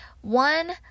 One